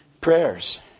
Prayers